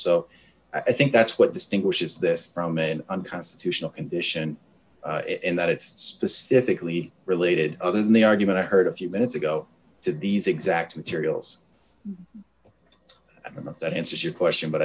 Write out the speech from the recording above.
so i think that's what distinguishes this from an unconstitutional condition in that it's the significantly related other than the argument i heard a few minutes ago to these exact materials that answers your question but